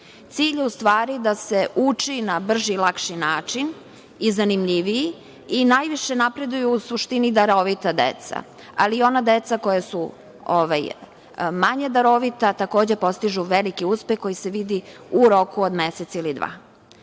Cilj je, u stvari, da se uči na brži, lakši i zanimljiviji način i najviše, u suštini, napreduju darovita deca, ali i ona deca koja su manje darovita takođe postižu veliki uspeh koji se vidi u roku od mesec ili